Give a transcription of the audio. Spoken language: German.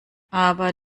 aber